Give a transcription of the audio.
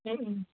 এই